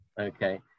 okay